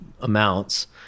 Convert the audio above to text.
amounts